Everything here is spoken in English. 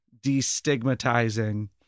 destigmatizing